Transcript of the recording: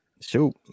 Shoot